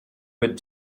with